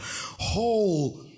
whole